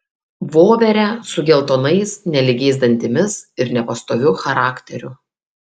voverę su geltonais nelygiais dantimis ir nepastoviu charakteriu